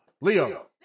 Leo